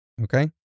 okay